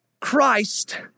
Christ